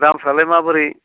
दामफ्रालाय माबोरै